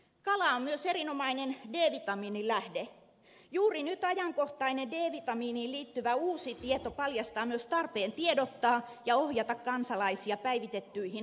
kala on myös erinomainen d vitamiinin lähde juuri nyt ajankohtainen d vitamiiniin liittyvä uusi tieto paljastaa myös tarpeen tiedottaa ja ohjata kansalaisia päivitettyihin ravintotietoihin